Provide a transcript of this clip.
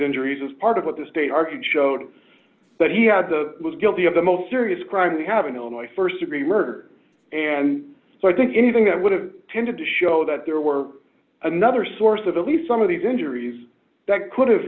injuries is part of what the state argued showed that he had the was guilty of the most serious crime we have in illinois st degree murder and so i think anything that would have tended to show that there were another source of the least some of these injuries that could